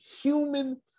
human